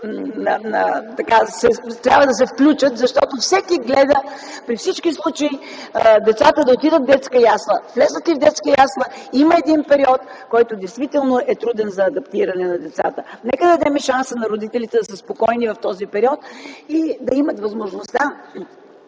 трябва да се включат, защото гледат при всички случаи децата да отидат в детска ясла. Влязат ли там, има период, който действително е труден за адаптиране на децата. Нека да дадем шанс на родителите да са спокойни в този период и да имат възможността